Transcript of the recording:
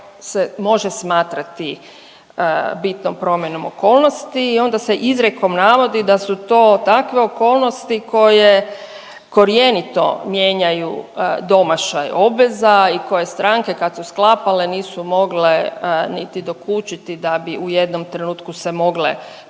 se može smatrati bitnom promjenom okolnosti. I onda se izrijekom navodi da su to takve okolnosti koje korjenito mijenjaju domašaj obveza i koje stranke kad su sklapale nisu mogle niti dokučiti da bi u jednom trenutku se mogle